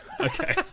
Okay